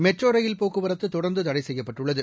metro rail போக்குவரத்து தொடர்ந்து தடை செய்யப்பட்டுள்ளது